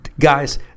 Guys